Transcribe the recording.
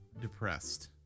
Depressed